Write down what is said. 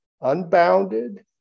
unbounded